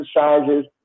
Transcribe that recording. exercises